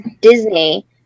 Disney